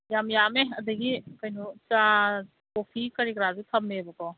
ꯌꯥꯝ ꯌꯥꯝꯃꯦ ꯑꯗꯒꯤ ꯀꯩꯅꯣ ꯆꯥ ꯀꯣꯐꯤ ꯀꯔꯤ ꯀꯔꯥꯁꯨ ꯊꯝꯃꯦꯕꯀꯣ